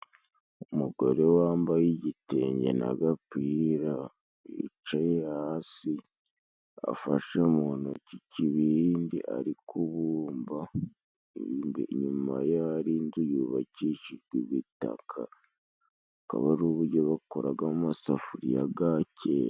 Umugore wambaye igitenge n'agapira wicaye hasi afashe mu ntoki ikibindi ari kubumba, inyuma ye hari inzu yubakishijwe ibitaka akaba ari ubujyo bakoragamo amasafuriya ga kera.